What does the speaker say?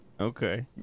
Okay